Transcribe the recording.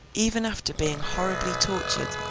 even after being horribly tortured,